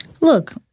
Look—